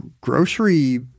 grocery